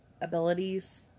abilities